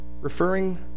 referring